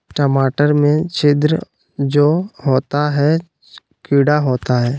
टमाटर में छिद्र जो होता है किडा होता है?